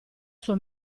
sua